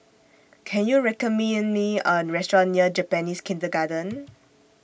Can YOU recommend Me A Restaurant near Japanese Kindergarten